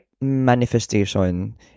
manifestation